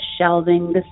shelving